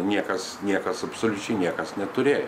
niekas niekas absoliučiai niekas neturėjo